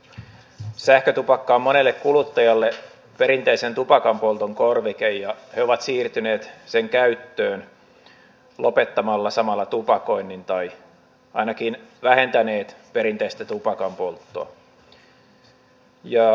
sähkötupakka on monelle kuluttajalle perinteisen tupakanpolton korvike ja he ovat siirtyneet sen käyttöön lopettamalla samalla tupakoinnin tai ainakin vähentäneet perinteistä tupakanpolttoa